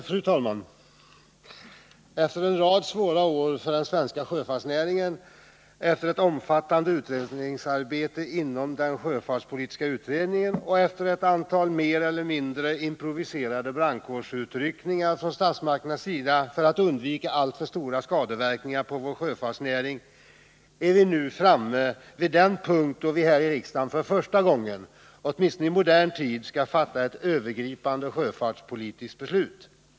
Fru talman! Efter en rad svåra år för den svenska sjöfartsnäringen, efter ett omfattande utredningsarbete inom den sjöfartspolitiska utredningen och efter ett antal mer eller mindre improviserade brandkårsutryckningar från statsmakternas sida för att undvika alltför stora skadeverkningar på vår sjöfartsnäring är vi nu framme vid den punkt då vi här i riksdagen för första gången, åtminstone i modern tid, skall fatta ett övergripande sjöfartspolitiskt beslut.